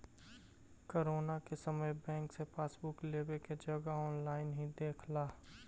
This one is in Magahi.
कोरोना के समय बैंक से पासबुक लेवे के जगह ऑनलाइन ही देख ला